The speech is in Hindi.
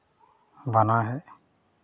बना है